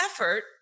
effort